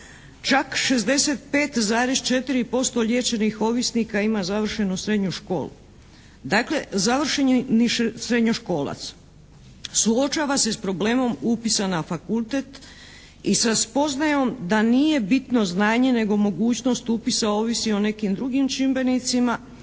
Čak 65,4% liječenih ovisnika ima završenu srednju školu. Dakle, završeni srednjoškolac suočava se s problemom upisa na fakultet i sa spoznajom da nije bitno znanje nego mogućnost upisa ovisi o nekim drugim čimbenicima